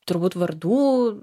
turbūt vardų